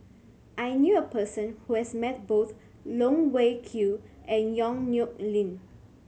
I knew a person who has met both Loh Wai Kiew and Yong Nyuk Lin